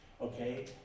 okay